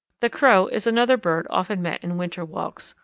the crow is another bird often met in winter walks,